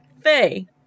Faye